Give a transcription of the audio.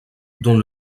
dont